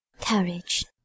Courage